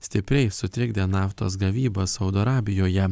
stipriai sutrikdė naftos gavybą saudo arabijoje